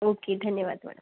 okay धन्यवाद madam